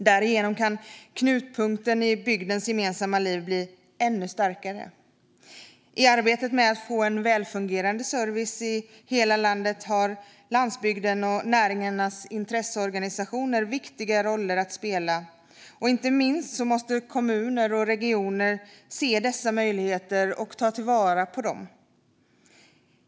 Därigenom kan knutpunkten i bygdens gemensamma liv bli ännu starkare. I arbetet med att få en välfungerande service i hela landet har landsbygdens och näringarnas intresseorganisationer viktiga roller att spela. Inte minst måste kommuner och regioner se dessa möjligheter och ta vara på dem.